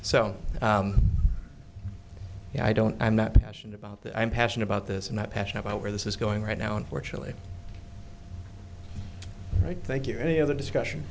know i don't i'm not passionate about that i'm passionate about this and that passion about where this is going right now unfortunately right thank you any other discussion